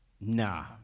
Nah